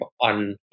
on